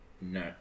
No